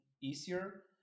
easier